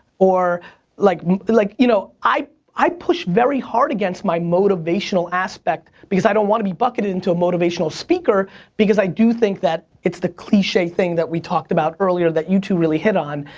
like like you know i i push very hard against my motivational aspect because i don't wanna be bucketed into a motivational speaker because i do think that it's the cliche thing that we talked about earlier that you two really hit on.